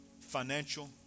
financial